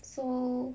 so